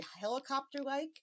helicopter-like